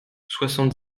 soixante